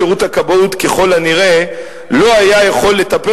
שירות הכבאות ככל הנראה לא יכול היה לטפל